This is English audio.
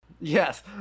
Yes